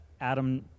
Adam